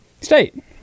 State